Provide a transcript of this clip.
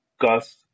Gus